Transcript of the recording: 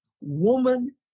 woman